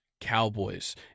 Cowboys